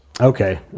Okay